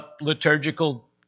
liturgical